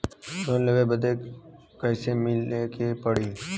Loan लेवे बदी कैसे मिले के पड़ी?